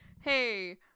Hey